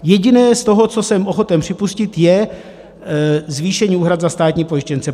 Jediné z toho, co jsem ochoten připustit, je zvýšení úhrad za státní pojištěnce.